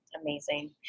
Amazing